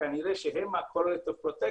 שכנראה שהם ה-Correlates of protection,